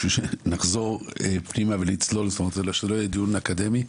בשביל לחזור פנימה ולצלול --- שלא יהיה דיון אקדמי.